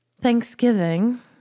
Thanksgiving